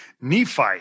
Nephi